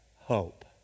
hope